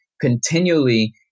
continually